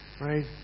Right